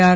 R